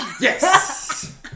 Yes